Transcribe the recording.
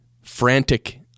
frantic